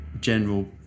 general